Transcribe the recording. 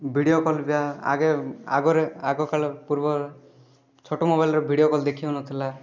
video call ବା ଆଗେ ଆଗ ଆଗକାଳରେ ପୂର୍ବ ଛୋଟ ମୋବାଇଲ୍ରେ ଭିଡ଼ିଓ କଲ୍ ଦେଖି ହେଉନଥିଲା